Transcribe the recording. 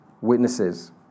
witnesses